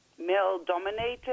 male-dominated